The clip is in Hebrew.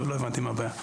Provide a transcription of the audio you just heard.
לא הבנתי מה הבעיה.